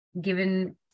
given